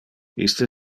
iste